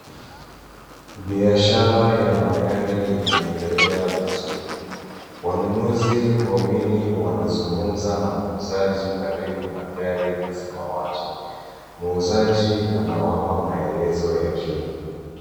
Biashara ya magari inaendelea vizuri. Wanunuzi wawili wanazungumza na muuzaji karibu na gari la samawati. Muuzaji anawapa maelezo ya kina.